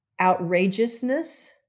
outrageousness